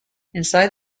inside